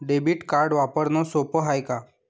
Debit card वापरणं सोप हाय का?